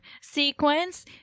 sequence